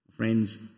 Friends